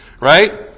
right